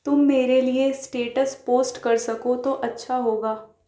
تم میرے لیے اسٹیٹس پوسٹ کر سکو تو اچھا ہوگا